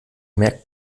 merkt